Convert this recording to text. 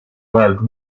world